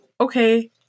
okay